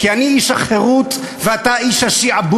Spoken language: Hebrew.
כי אני איש החירות ואתה איש השעבוד.